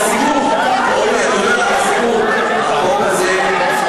הסיכום, אורלי, אני אומר לך, הסיכום, החוק הזה,